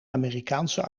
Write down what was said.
amerikaanse